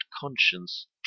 conscience